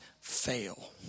fail